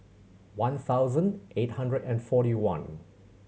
one thousand eight hundred and forty one